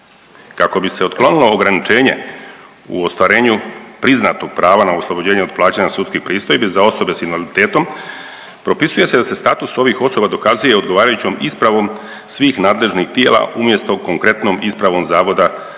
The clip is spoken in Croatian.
Kako bi se otklonilo ograničenje u ostvarenju priznatog prava na oslobođenje od plaćanja sudskih pristojbi za osobe sa invaliditetom propisuje se da se status ovih osoba dokazuje odgovarajućom ispravom svih nadležnih tijela umjesto konkretnom ispravom Zavoda za